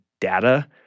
data